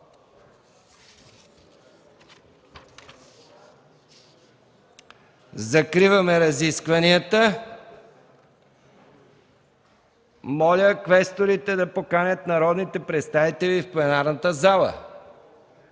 Закриваме разискванията. Моля, квесторите да поканят народните представители в пленарната зала!